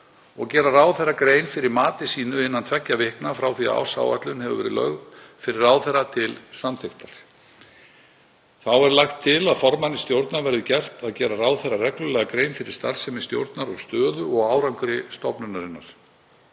og gera ráðherra grein fyrir mati sínu innan tveggja vikna frá því að ársáætlun hefur verið lögð fyrir ráðherra til samþykktar. Þá er lagt til að formanni stjórnar verði gert að gera ráðherra reglulega grein fyrir starfsemi stjórnar og stöðu og árangri stofnunarinnar.